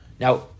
now